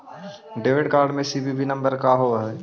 Debit card में CVV number का होव हइ?